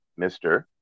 Mr